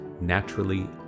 naturally